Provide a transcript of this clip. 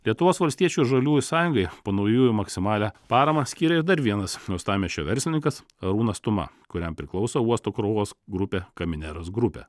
lietuvos valstiečių ir žaliųjų sąjungai po naujųjų maksimalią paramą skyrė ir dar vienas uostamiesčio verslininkas arūnas tuma kuriam priklauso uosto krovos grupė kamineras grupė